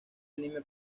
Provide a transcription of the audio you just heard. anime